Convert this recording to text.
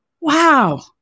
wow